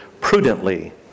prudently